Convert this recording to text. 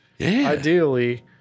Ideally